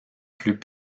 plus